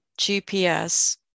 GPS